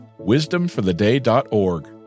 wisdomfortheday.org